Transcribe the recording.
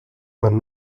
man